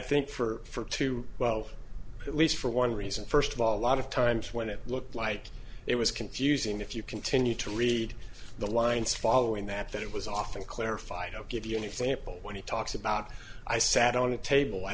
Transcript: think for too well at least for one reason first of all a lot of times when it looked like it was confusing if you continue to read the lines following that that it was often clarified of gideon example when he talks about i sat on a table i